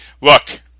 Look